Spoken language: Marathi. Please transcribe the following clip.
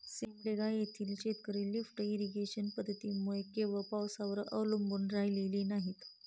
सिमडेगा येथील शेतकरी लिफ्ट इरिगेशन पद्धतीमुळे केवळ पावसाळ्यावर अवलंबून राहिलेली नाहीत